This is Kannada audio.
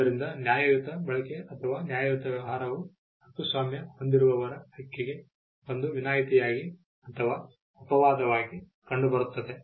ಆದ್ದರಿಂದ ನ್ಯಾಯಯುತ ಬಳಕೆ ಅಥವಾ ನ್ಯಾಯಯುತ ವ್ಯವಹಾರವು ಹಕ್ಕುಸ್ವಾಮ್ಯ ಹೊಂದಿರುವವರ ಹಕ್ಕಿಗೆ ಒಂದು ವಿನಾಯಿತಿಯಾಗಿ ಅಥವಾ ಅಪವಾದವಾಗಿ ಕಂಡುಬರುತ್ತದೆ